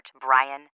Brian